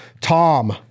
Tom